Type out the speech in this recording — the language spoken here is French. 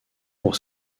pour